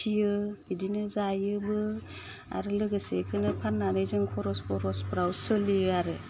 फियो इदिनो जायोबो आरो लोगोसे इखोनो फाननानै जों खरब बरसफ्राव सोलियो आरो